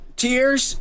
tears